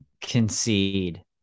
concede